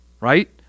Right